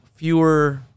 Fewer